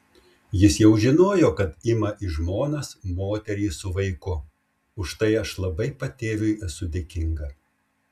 jis jau žinojo kad ima į žmonas moterį su vaiku už tai aš labai patėviui esu dėkinga